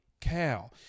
cow